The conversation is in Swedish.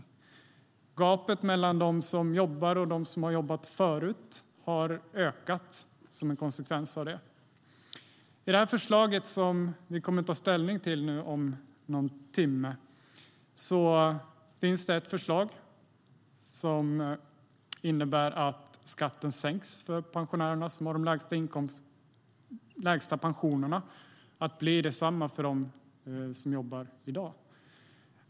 Som en konsekvens av det har gapet mellan dem som jobbar och dem som jobbat tidigare ökat. I det förslag som vi kommer att ta ställning till om någon timme finns ett förslag som innebär att skatten sänks för de pensionärer som har de lägsta pensionerna så att den blir samma som för dem som jobbar i dag.